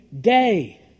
day